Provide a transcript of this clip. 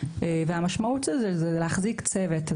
המשמעות של זה היא להחזיק צוות.